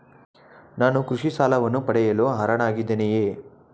ನಾನು ಕೃಷಿ ಸಾಲವನ್ನು ಪಡೆಯಲು ಅರ್ಹನಾಗಿದ್ದೇನೆಯೇ?